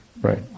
right